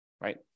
right